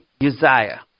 Uzziah